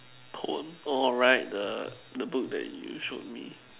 poem all right the the book that you showed me